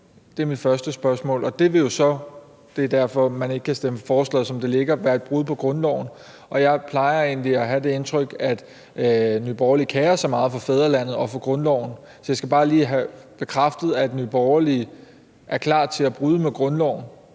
det er mit første spørgsmål – og det vil jo så være et brud på grundloven, og det er derfor, man ikke kan stemme for forslaget, som det ligger. Jeg plejer egentlig at have det indtryk, at Nye Borgerlige kerer sig meget om fædrelandet og om grundloven. Så jeg skal bare lige have bekræftet, at Nye Borgerlige er klar til at bryde med grundloven